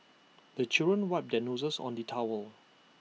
the children wipe their noses on the towel